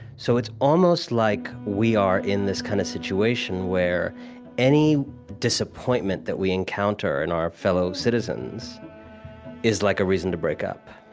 so it's almost like we are in this kind of situation where any disappointment that we encounter in our fellow citizens is like a reason to break up.